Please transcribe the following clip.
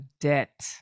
debt